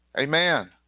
Amen